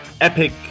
epic